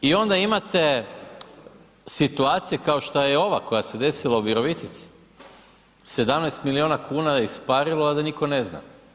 I onda imate situacije kao šta je ova koja se desila u Virovitici, 17 milijuna kuna je isparilo, a da nitko ne zna.